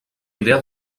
idea